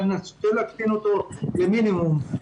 נשתדל להקטין אותו למינימום.